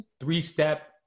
three-step